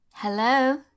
Hello